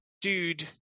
dude